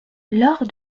lors